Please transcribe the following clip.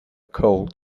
cold